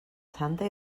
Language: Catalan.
santa